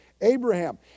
Abraham